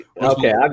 Okay